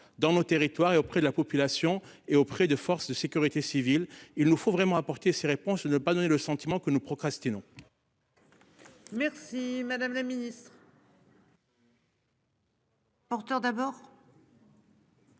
dans nos territoires et auprès de la population et auprès des forces de sécurité civile, il nous faut vraiment apporter ces réponses. Ne pas donner le sentiment que nous procrastination. Merci, madame la Ministre. Non pour conforter